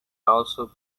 also